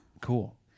cool